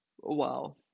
Wow